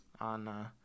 on –